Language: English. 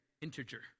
integer